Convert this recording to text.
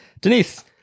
denise